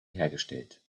hergestellt